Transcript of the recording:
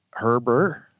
herber